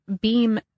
beam